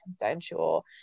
consensual